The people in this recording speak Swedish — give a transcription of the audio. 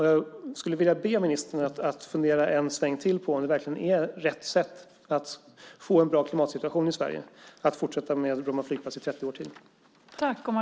Jag skulle vilja be ministern att fundera en sväng till på om det verkligen är rätt sätt att fortsätta med Bromma flygplats i 30 år till för att få en bra klimatsituation i Sverige.